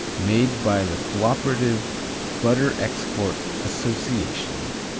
made by the cooperative butter export association,